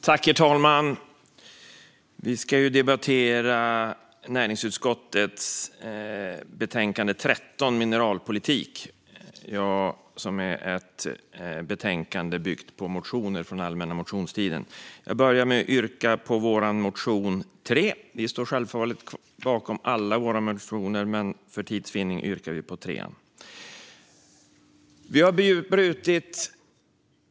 Herr talman! Vi ska debattera näringsutskottets betänkande 13, Mineralpolitik . Det är ett betänkande byggt på motioner från allmänna motionstiden. Jag yrkar bifall till vår reservation 3. Vi står självfallet bakom alla våra reservationer, men för tids vinning yrkar jag bifall bara till denna.